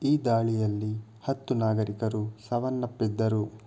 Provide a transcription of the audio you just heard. ಈ ದಾಳಿಯಲ್ಲಿ ಹತ್ತು ನಾಗರಿಕರು ಸಾವನ್ನಪ್ಪಿದ್ದರು